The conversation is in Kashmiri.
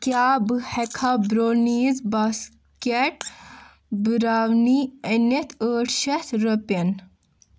کیٛاہ بہٕ ہٮ۪کھا برٛاونیٖز باسکٮ۪ٹ برٛاونی أنِتھ ٲٹھ شیٚتھ رۄپٮ۪ن